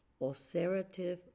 ulcerative